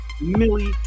Millie